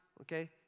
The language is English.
okay